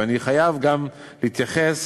ואני חייב גם להתייחס